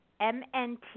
MNT